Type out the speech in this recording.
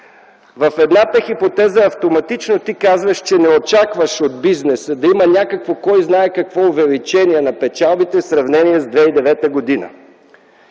в едната хипотеза автоматично ти казваш, че не очакваш от бизнеса да има някакво кой знае какво увеличение на печалбите в сравнение с 2009 г., а